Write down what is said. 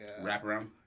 wraparound